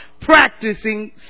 practicing